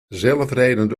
zelfrijdende